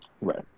right